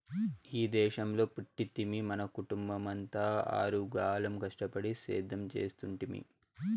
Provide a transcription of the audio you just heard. ఈ దేశంలో పుట్టితిమి మన కుటుంబమంతా ఆరుగాలం కష్టపడి సేద్యం చేస్తుంటిమి